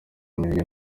umujinya